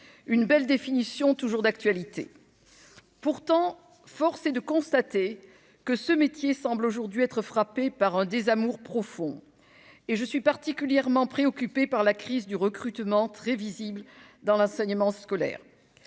Cette belle définition est toujours d'actualité. Pourtant, force est de constater que ce métier semble aujourd'hui être victime d'un désamour profond. Je suis particulièrement préoccupée par la crise du recrutement, très visible dans l'enseignement scolaire.